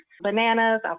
bananas